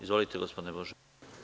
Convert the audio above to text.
Izvolite, gospodine Božović.